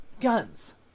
guns